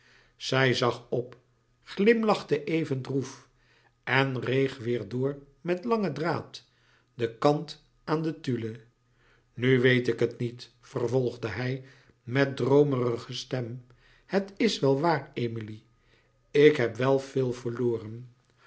zij zag op glimlachte even droef en reeg weêr door met langen draad de kant aan de tulle nu weet ik het niet vervolgde hij met droomerige stem het is wel waar emilie ik heb wel veel verloren